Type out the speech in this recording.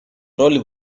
роль